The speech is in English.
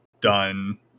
Done